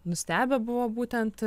nustebę buvo būtent